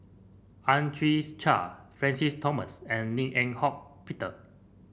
Ang Chwee Chai Francis Thomas and Lim Eng Hock Peter